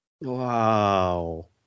Wow